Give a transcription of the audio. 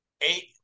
eight